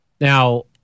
Now